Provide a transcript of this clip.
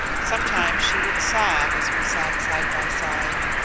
sometimes she would sob as we sat side by side.